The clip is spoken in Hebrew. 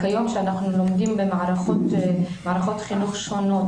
כיום כשאנחנו לומדים במערכות חינוך שונות